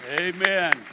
Amen